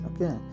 Okay